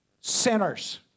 sinners